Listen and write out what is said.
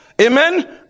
amen